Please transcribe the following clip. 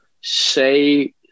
say